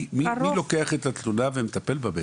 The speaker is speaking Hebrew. מי לוקח את התלונה ומטפל בה?